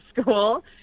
school